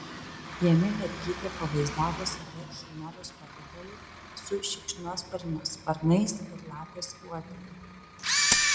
jame mergytė pavaizdavo save chimeros pavidalu su šikšnosparnio sparnais ir lapės uodega